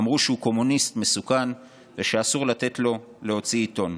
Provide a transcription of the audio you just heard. אמרו שהם קומוניסט מסוכן ושאסור לתת לו להוציא עיתון.